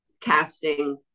casting